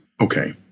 okay